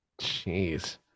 Jeez